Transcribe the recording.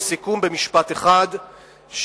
לסיכום במשפט אחד,